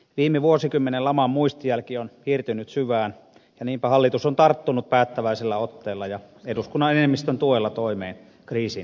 viime vuosikymmenen laman muistijälki on piirtynyt syvään ja niinpä hallitus on tarttunut päättäväisellä otteella ja eduskunnan enemmistön tuella toimeen kriisin voittamiseksi